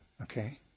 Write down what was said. Okay